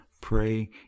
Pray